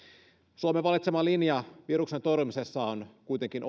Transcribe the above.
suomen valitsema linja viruksen torjumisessa on kuitenkin